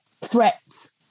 threats